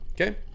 okay